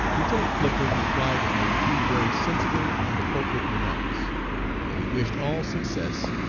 lieutenant flipper replied in a few very sensible and appropriate remarks that he wished all success,